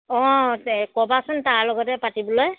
অঁ তে ক'বাচোন তাৰ লগতে পাতিবলৈ